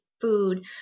food